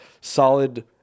solid